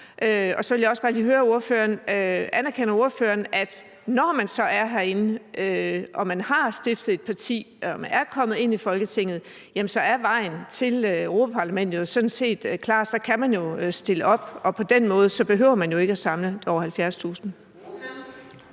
Så vil jeg også bare lige høre ordføreren: Anerkender ordføreren, at når man så er herinde, man har stiftet et parti og man er kommet ind i Folketinget, er vejen til Europa-Parlamentet jo sådan set klar? Så kan man jo stille op, og på den måde behøver man ikke at samle over 70.000